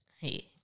hey